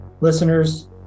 listeners